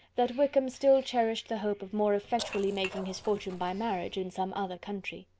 that wickham still cherished the hope of more effectually making his fortune by marriage in some other country.